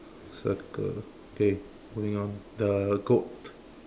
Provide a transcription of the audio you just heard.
circle K moving on the goat